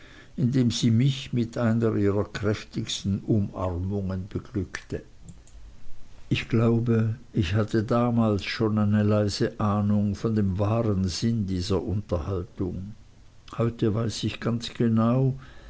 indem sie mich mit einer ihrer kräftigsten umarmungen beglückte ich glaube ich hatte damals schon eine leise ahnung von dem wahren sinn dieser unterhaltung heute weiß ich ganz gewiß